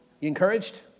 encouraged